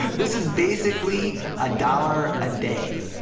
and this is basically a dollar a day.